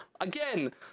again